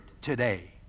today